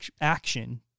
action